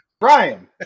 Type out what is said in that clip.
Brian